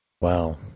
Wow